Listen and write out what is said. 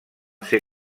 ser